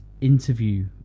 interview